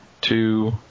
two